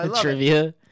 trivia